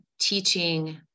teaching